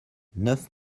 neuf